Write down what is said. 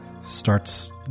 starts